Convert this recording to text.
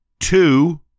Two